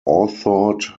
authored